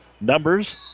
numbers